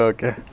Okay